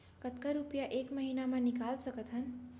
कतका रुपिया एक महीना म निकाल सकथन?